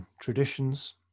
traditions